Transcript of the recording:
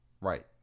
Right